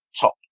top